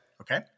Okay